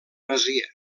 masia